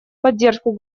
поддержку